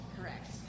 Correct